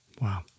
Wow